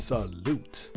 Salute